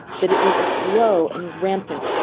that it was aglow and rampant,